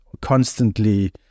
constantly